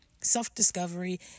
self-discovery